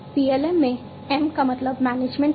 PLM में M का मतलब मैनेजमेंट है